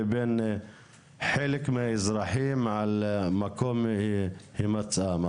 לבין חלק מהאזרחים על מקום עם המצאם,